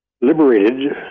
liberated